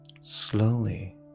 Slowly